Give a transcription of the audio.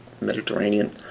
Mediterranean